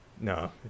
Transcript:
no